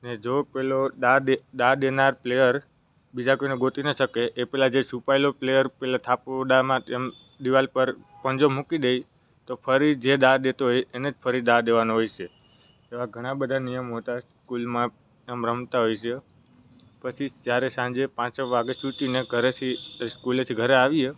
ને જો પેલો દા દે દા દેનાર પ્લેયર બીજા કોઈને ગોતી ન શકે એ પેલા જે છુપાએલો પ્લેયર પેલા થાપોડામાં એમ દીવાલ પર પંજો મૂકી દેય તો ફરી જે દા દેતો હોય એને જ ફરી દા દેવાનો હોય છે એવા ઘણા બધા નિયમો હતા સ્કૂલમાં એમ રમતા હોઈ છે પછી જ્યારે સાંજે પાંચક વાગે છૂટીને ઘરેથી એ સ્કૂલેથી ઘરે આવીએ